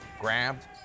grabbed